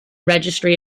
registry